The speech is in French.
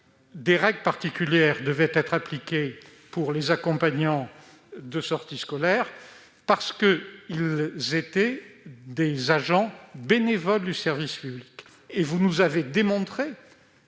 des règles particulières devaient être prévues pour les accompagnants de sorties scolaires parce qu'ils étaient des agents bénévoles du service public. Vous nous avez démontré